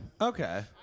Okay